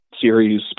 series